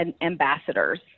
ambassadors